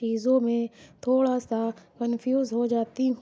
چیزوں میں تھوڑا سا کنفیوز ہو جاتی